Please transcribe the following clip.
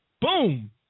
Boom